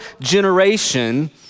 generation